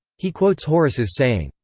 he quotes horace's saying,